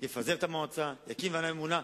הוא יפזר את המועצה ויקים ועדה ממונה,